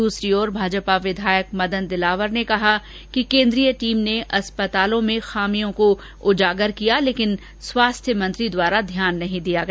दूसरी ओर भाजपा विधायक मदन दिलावर ने कहा कि केन्द्रीय टीम ने अस्पतालों में खामियों को उजागर किया लेकिन स्वास्थ्य मंत्री द्वारा ध्यान नहीं दिया गया